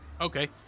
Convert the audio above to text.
Okay